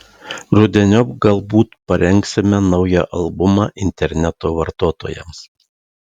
rudeniop galbūt parengsime naują albumą interneto vartotojams